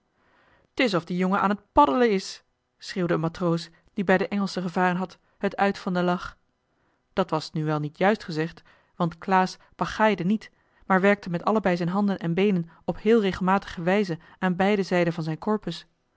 t is of die jongen aan het paddelen is schreeuwde een matroos die bij de engelschen gevaren had het uit van den lach dat was nu wel niet juist gezegd want klaas pagaaide niet maar werkte met allebei zijn handen en beenen op heel regelmatige wijze aan beide zijden van zijn korpus